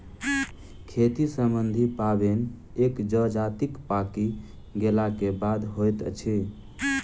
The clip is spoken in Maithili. खेती सम्बन्धी पाबैन एक जजातिक पाकि गेलाक बादे होइत अछि